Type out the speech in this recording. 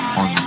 on